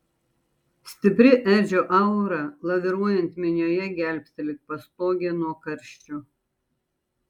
stipri edžio aura laviruojant minioje gelbsti lyg pastogė nuo karščio